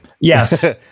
Yes